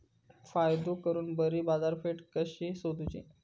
फायदो करून बरी बाजारपेठ कशी सोदुची?